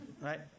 right